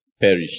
perished